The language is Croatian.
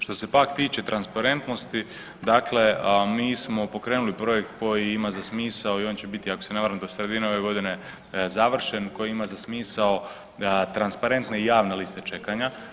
Što se pak tiče transparentnosti, dakle mi smo pokrenuli projekt koji ima za smisao i on će biti ako se ne varam do sredine ove godine završen, koji ima za smisao transparente javne liste čekanja.